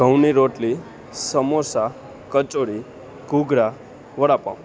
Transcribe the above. ઘઉંની રોટલી સમોસાં કચોરી ઘૂઘરા વડા પાઉ